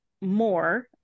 more